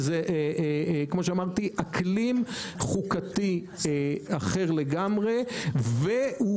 כמו שאמרתי זה אקלים חוקתי אחר לגמרי והוא